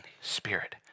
spirit